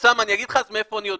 אוסאמה, אני אגיד לך מאיפה אני יודע.